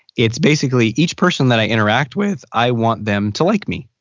it's basically, each person that i interact with i want them to like me.